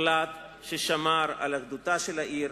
מוחלט ששמר על אחדותה של העיר,